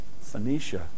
Phoenicia